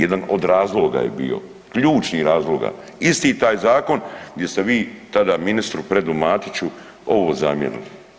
Jedan od razloga je bio, ključnih razloga isti taj zakon gdje ste vi tada ministru Fredu Matiću ovo zamjerili.